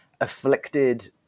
afflicted